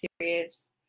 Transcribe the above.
serious